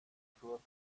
through